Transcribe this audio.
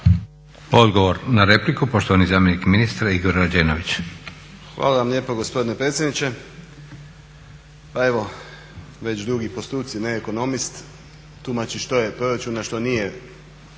Odgovor na repliku poštovani zamjenik ministra Igor Rađenović.